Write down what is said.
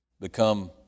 become